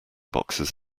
boxes